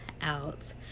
out